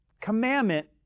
commandment